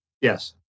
Yes